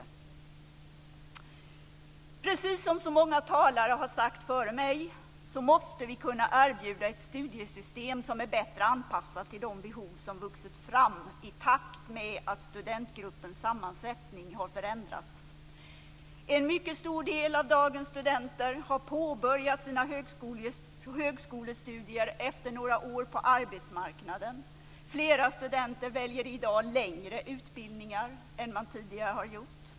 Precis som så många talare har sagt före mig måste vi kunna erbjuda ett studiesystem som är bättre anpassat till de behov som vuxit fram i takt med att studentgruppens sammansättning har förändrats. En mycket stor del av dagens studenter har påbörjat sina högskolestudier efter några år på arbetsmarknaden. Flera studenter väljer i dag längre utbildningar än vad man tidigare har gjort.